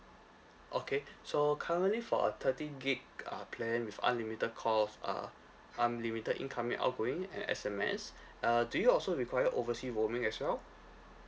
okay so currently for a thirty gig g~ uh plan with unlimited call f~ uh unlimited incoming outgoing and S_M_S uh do you also require oversea roaming as well